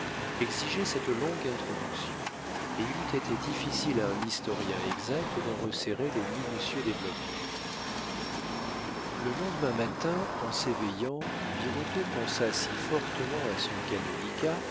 exigeaient cette longue introduction et il eût été difficile à un historien exact d'en resserrer les minutieux développements le lendemain matin en s'éveillant birotteau pensa si fortement à son canonicat